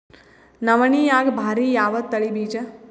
ನವಣಿಯಾಗ ಭಾರಿ ಯಾವದ ತಳಿ ಬೀಜ?